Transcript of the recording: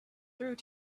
through